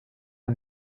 und